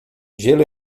gelo